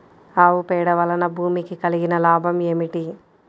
ఆవు పేడ వలన భూమికి కలిగిన లాభం ఏమిటి?